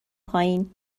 پایین